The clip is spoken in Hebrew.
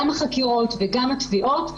גם החקירות וגם התביעות.